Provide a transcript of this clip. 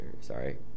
Sorry